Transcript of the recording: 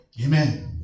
Amen